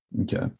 Okay